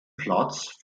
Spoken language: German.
platz